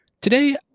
Today